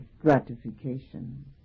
gratification